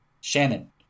Shannon